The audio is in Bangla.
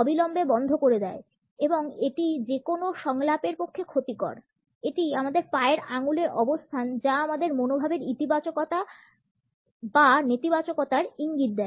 অবিলম্বে বন্ধ করে দেয় এবং এটি যে কোনো সংলাপের পক্ষে ক্ষতিকর এটি আমাদের পায়ের আঙ্গুলের অবস্থান যা আমাদের মনোভাবের ইতিবাচকতা বা নেতিবাচকতার ইঙ্গিত দেয়